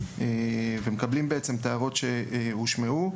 ואנחנו מקבלים את ההערות שהושמעו,